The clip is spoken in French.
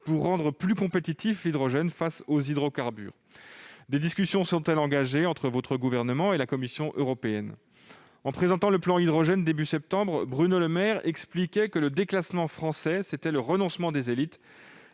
à rendre plus compétitif l'hydrogène face aux hydrocarbures. Des discussions sont-elles engagées entre le Gouvernement et la Commission européenne ? En présentant le plan hydrogène, au début de septembre, Bruno Le Maire expliquait que le déclassement français, c'était le renoncement des élites.